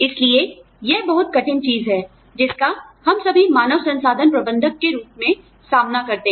इसलिए यह बहुत कठिन चीज है जिसका हम सभी मानव संसाधन प्रबंधक के रूप में सामना करते हैं